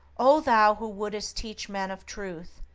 o thou who wouldst teach men of truth!